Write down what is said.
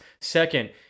Second